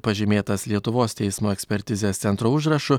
pažymėtas lietuvos teismo ekspertizės centro užrašu